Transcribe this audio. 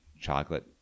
chocolate